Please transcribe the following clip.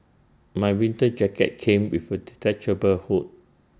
my winter jacket came with A detachable hood